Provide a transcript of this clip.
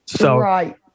Right